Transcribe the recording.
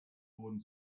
boden